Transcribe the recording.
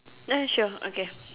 no you show okay